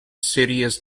serious